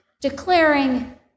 declaring